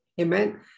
amen